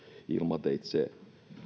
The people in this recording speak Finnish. ilmateitse